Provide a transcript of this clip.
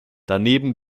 daneben